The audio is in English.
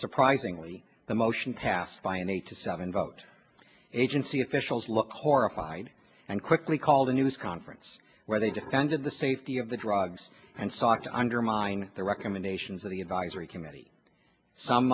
surprisingly the motion passed by an eight to seven vote agency officials looked horrified and quickly called a news conference where they defended the safety of the drugs and sought to undermine the recommendations of the advisory committee some